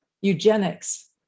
eugenics